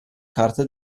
carte